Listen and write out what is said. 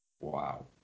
Wow